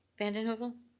vanden heuvel?